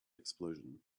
explosion